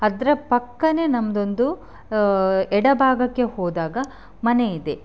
ಅದರ ಪಕ್ಕನೆ ನಮ್ಮದೊಂದು ಎಡ ಭಾಗಕ್ಕೆ ಹೋದಾಗ ಮನೆ ಇದೆ